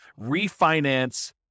refinance